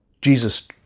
Jesus